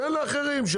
תן לאחרים לדבר,